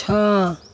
छः